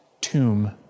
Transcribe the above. tomb